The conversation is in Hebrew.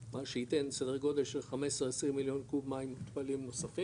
מה שייתן סדר גודל של 15-20 מיליון קוב מים מותפלים נוספים